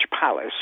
Palace